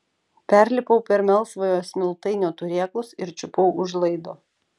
perlipau per melsvojo smiltainio turėklus ir čiupau už laido